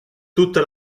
tutta